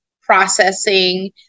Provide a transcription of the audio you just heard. processing